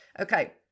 Okay